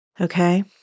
Okay